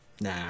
Nah